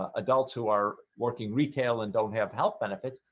ah adults who are working retail and don't have health benefits.